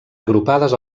agrupades